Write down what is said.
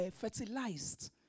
fertilized